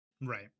Right